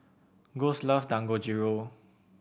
Gus love Dangojiru